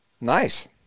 nice